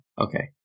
Okay